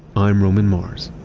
i'm roman mars.